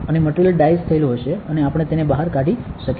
અને મટીરીયલ ડાઈસ્ થયેલું હશે અને આપણે તેને બહાર કાઢી શકીશું